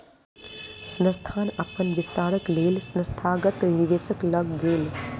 संस्थान अपन विस्तारक लेल संस्थागत निवेशक लग गेल